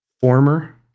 former